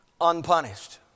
unpunished